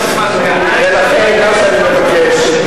ולכן מה שאני מבקש,